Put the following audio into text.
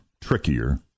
trickier